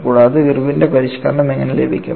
കൂടാതെ ഇർവിന്റെ പരിഷ്ക്കരണം എങ്ങനെ ലഭിക്കും